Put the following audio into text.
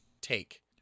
take